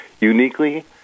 uniquely